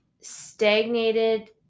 stagnated